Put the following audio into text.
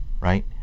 right